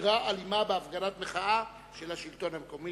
תגרה אלימה בהפגנת מחאה של השלטון המקומי.